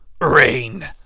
Rain